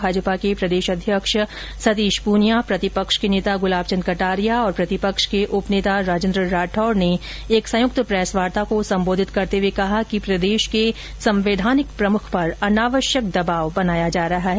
भाजपा के प्रदेश अध्यक्ष सतीश पूनिया प्रतिपक्ष के नेता गुलाब चंद कटारिया और प्रतिपक्ष के उप नेता राजेंद्र राठौड़ ने एक संयुक्त प्रेस वार्ता को संबोधित करते हुए कहा कि प्रदेश के संवैधानिक प्रमुख पर अनावश्यक दबाव बनाया जा रहा है